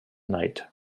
night